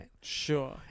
Sure